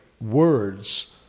words